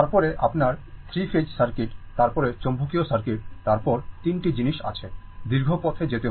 তারপরে আপনার 3 phase circuit তারপর চৌম্বকীয় সার্কিট তারপর 3 টি জিনিস আছে দীর্ঘ পথে যেতে হবে